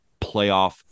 playoff